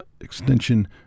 extension